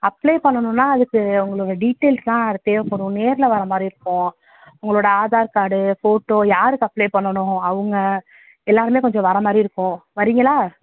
apply பண்ணணுன்னால் அதுக்கு உங்களோடய டீடெயில்ஸ்லாம் அது தேவைப்படும் நேரில் வரமாதிரி இருக்கும் உங்களோடய ஆதார் கார்டு ஃபோட்டோ யாருக்கு அப்ளை பண்ணணும் அவங்க எல்லோருமே கொஞ்சம் வரமாதிரி இருக்கும் வரிங்களா